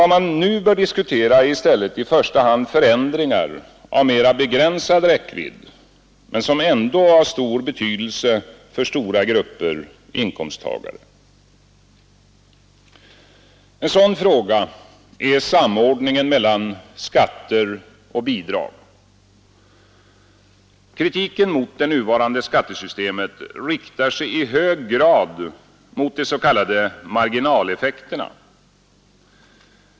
Vad man nu i första hand bör diskutera är i stället förändringar som är av mera begränsad räckvidd men som ändå har stor betydelse för stora grupper av inkomsttagare. En sådan fråga är samordningen mellan skatter och bidrag. Kritiken mot det nuvarande skattesystemet riktar sig i hög grad mot de s.k. marginaleffekterna.